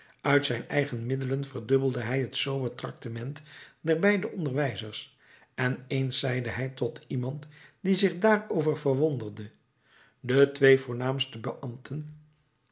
uit zijn eigen middelen verdubbelde hij het sober tractement der beide onderwijzers en eens zeide hij tot iemand die zich daarover verwonderde de twee voornaamste